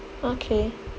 okay